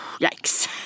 Yikes